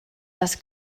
les